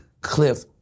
Cliff